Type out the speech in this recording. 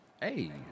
Hey